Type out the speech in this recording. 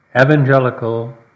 Evangelical